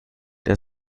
der